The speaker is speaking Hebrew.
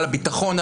על הביטחון,